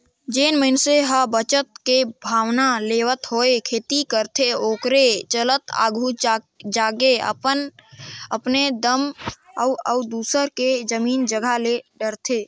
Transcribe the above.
जेन मइनसे ह बचत के भावना लेवत होय खेती करथे ओखरे चलत आघु जाके अपने दम म अउ दूसर के जमीन जगहा ले डरथे